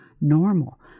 normal